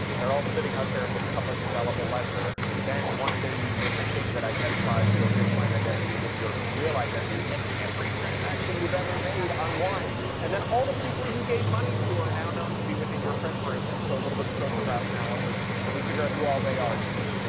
they're all siting out there in this public indelible ledger. then one day you make a thing that identifies your bitcoin identity with your real identity, and every transaction you've ever made unwinds and then all the people you gave money to are now known to be within your friend group, and so a little bit of social graph analysis and we figure out who all they are too.